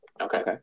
Okay